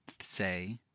say